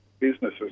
businesses